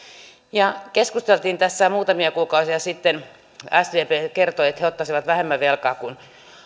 kun keskusteltiin tässä muutamia kuukausia sitten sdp kertoi että he ottaisivat vähemmän velkaa kuin